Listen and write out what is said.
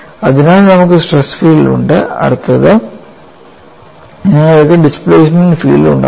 അതിനാൽ നമുക്ക് stress field ഉണ്ട് അടുത്തത് നിങ്ങൾക്ക് ഡിസ്പ്ലേസ്മെന്റ് ഫീൽഡ് ഉണ്ടാകും